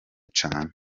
cyane